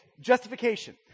justification